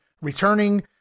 returning